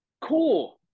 Cool